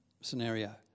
scenario